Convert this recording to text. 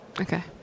Okay